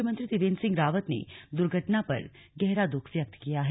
मुख्यमंत्री त्रिवेन्द्र सिंह रावत ने दूर्घटना पर गहरा दुःख व्यक्त किया है